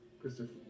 Christopher